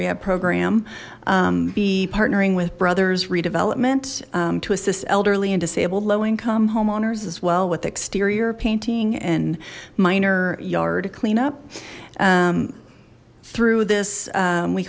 rehab program be partnering with brothers redevelopment to assist elderly and disabled low income homeowners as well with exterior painting and minor yard clean up through this